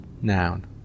Noun